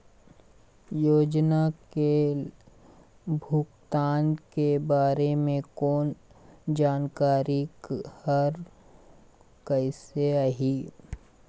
योजना के भुगतान के बारे मे फोन जानकारी हर कइसे आही?